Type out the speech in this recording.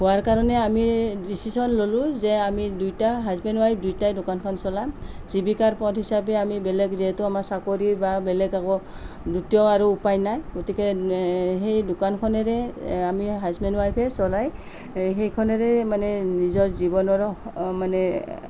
হোৱাৰ কাৰণে আমি ডিচিছন ললোঁ যে আমি দুয়োটা হাজবেণ্ড ওৱাইফ দুয়োটাই দোকানখন চলাম জীৱিকাৰ পথ হিচাপে আমি বেলেগ যিহেতু আমাৰ চাকৰি বা বেলেগ একো দ্বিতীয় আৰু উপায় নাই গতিকে সেই দোকানখনেৰে আমি হাজবেণ্ড ওৱাইফে চলাই সেইখনেৰেই মানে নিজৰ জীৱনৰ মানে